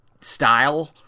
style